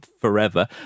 forever